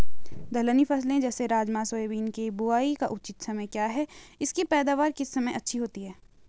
दलहनी फसलें जैसे राजमा सोयाबीन के बुआई का उचित समय क्या है इसकी पैदावार किस समय अच्छी होती है?